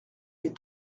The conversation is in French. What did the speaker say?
est